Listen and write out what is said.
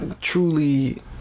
truly